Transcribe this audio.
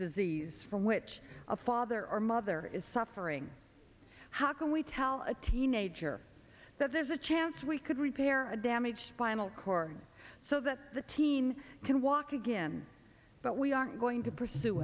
disease from which a father or mother is suffering how can we tell a teenager that there's a chance we could repair a damaged final core so that the teen can walk again but we aren't going to pursue